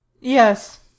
yes